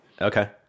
Okay